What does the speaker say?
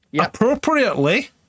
appropriately